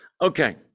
Okay